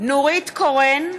מצביע נורית קורן,